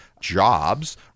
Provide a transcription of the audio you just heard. jobs